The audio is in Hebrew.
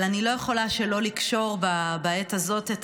אבל אני לא יכולה שלא לקשור בעת הזאת את